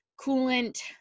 coolant